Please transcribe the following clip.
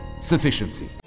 sufficiency